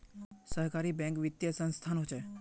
सहकारी बैंक छोटो वित्तिय संसथान होछे